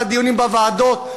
לדיונים בוועדות,